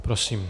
Prosím.